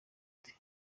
ati